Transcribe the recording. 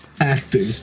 acting